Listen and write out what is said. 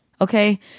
Okay